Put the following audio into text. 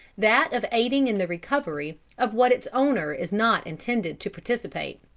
that of aiding in the recovery of what its owner is not intended to participate.